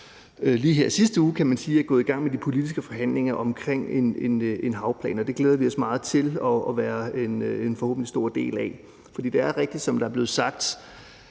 lige her i sidste uge gået i gang med de politiske forhandlinger om en havplan, og det glæder vi os meget til at være en forhåbentlig stor del af. For det er rigtigt, som der er blevet sagt,